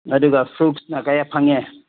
ꯑꯗꯨꯒ ꯐ꯭ꯔꯨꯠꯁꯅ ꯀꯌꯥ ꯐꯪꯉꯦ